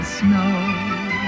snow